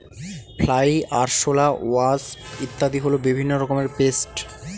fly, আরশোলা, wasp ইত্যাদি হল বিভিন্ন রকমের পেস্ট